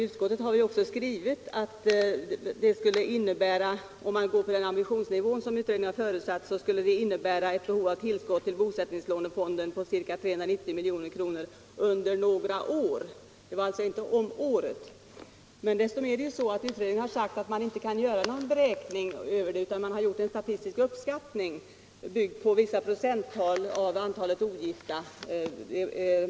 Utskottet har också skrivit ati enligt utredningens beräkningar skulle ändringen i reglerna även vid en mycket låg ambitionsnivå ”innebära ett behov av tillskott till bosättningslånefonden av ca 390 milj.kr. under några få år” — det var alltså inte om året. Dessutom har emellertid utredningen sagt att man into kan göra en beräkning utan man har gjort en statistisk uppskattning byggd på vissa procenttal av antalet ogifta.